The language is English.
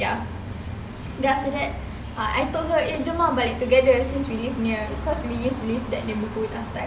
ya then after that ah I told her eh jom lah balik together since we live near cause we used to live that neighbourhood last time